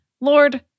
Lord